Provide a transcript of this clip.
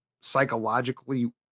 psychologically